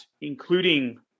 including